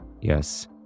Yes